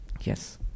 Yes